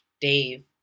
Dave